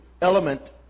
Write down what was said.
element